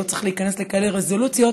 לא צריך להיכנס לכאלה רזולוציות,